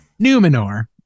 Numenor